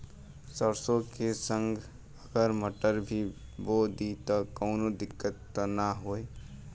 सरसो के संगे अगर मटर भी बो दी त कवनो दिक्कत त ना होय?